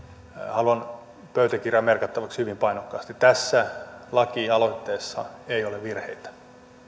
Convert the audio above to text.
haluan pöytäkirjaan merkattavaksi hyvin painokkaasti tässä lakialoitteessa ei ole virheitä